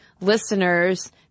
listeners